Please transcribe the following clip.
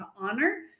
honor